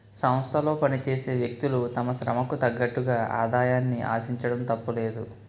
సంస్థలో పనిచేసే వ్యక్తులు తమ శ్రమకు తగ్గట్టుగా ఆదాయాన్ని ఆశించడం తప్పులేదు